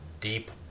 deep